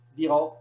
dirò